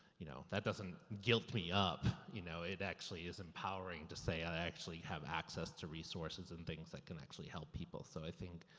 you know, that doesn't guilt me up, you know, it actually is empowering to say that i actually have access to resources and things that can actually help people. so i think,